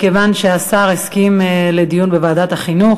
מכיוון שהשר הסכים לדיון בוועדת החינוך,